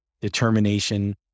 determination